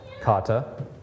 kata